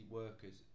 workers